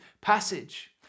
passage